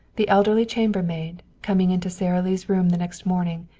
the elderly chambermaid, coming into sara lee's room the next morning,